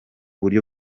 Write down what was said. buryo